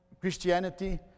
Christianity